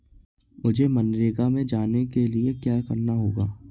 मुझे मनरेगा में जाने के लिए क्या करना होगा?